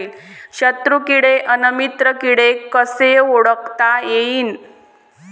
शत्रु किडे अन मित्र किडे कसे ओळखता येईन?